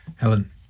Helen